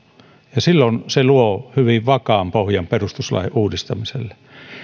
ja silloin se luo hyvin vakaan pohjan perustuslain uudistamiselle